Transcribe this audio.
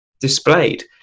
displayed